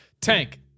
Tank